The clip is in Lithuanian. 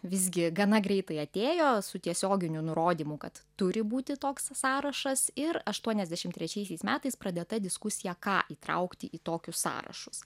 visgi gana greitai atėjo su tiesioginiu nurodymu kad turi būti toks sąrašas ir aštuoniasdešimt trečiaisiais metais pradėta diskusija ką įtraukti į tokius sąrašus